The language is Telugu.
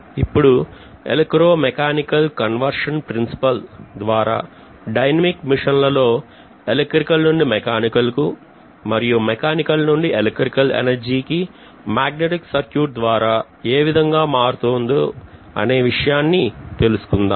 ఇప్పుడు ఎలక్ట్రో మెకానికల్ కన్వర్షన్ ప్రిన్సిపల్ ద్వారా డైనమిక్ మిషన్ల లో ఎలక్ట్రికల్ నుండి మెకానికల్ కు మరియు మెకానికల్ నుండి ఎలక్ట్రికల్ ఎనర్జీ మాగ్నెటిక్ సర్క్యూట్ ద్వారా ఏ విధంగా మారుతుంది అనే విషయాన్ని తెలుసుకుందాం